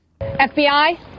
FBI